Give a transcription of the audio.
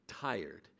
tired